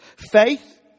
Faith